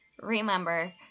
Remember